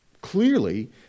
Clearly